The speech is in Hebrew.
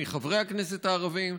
מחברי הכנסת הערבים,